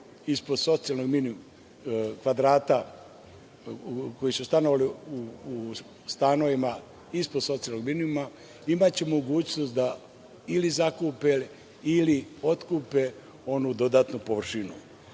ispod socijalnog minimum kvadrata, koji su stanovali u stanovima ispod socijalnog minimuma imaće mogućnost da ili zakupe ili otkupe onu dodatnu površinu.